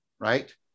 right